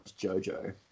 JoJo